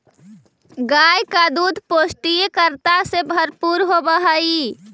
गाय का दूध पौष्टिकता से भरपूर होवअ हई